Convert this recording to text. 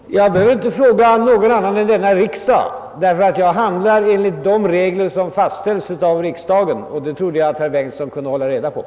Herr talman! Jag behöver inte fråga någon annan än denna riksdag. Jag handlar nämligen enligt de regler som fastställs av riksdagen, och detta trodde jag att herr Bengtson i Solna hade reda